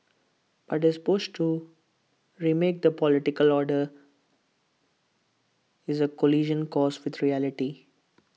but his push to remake the political order is A collision course with reality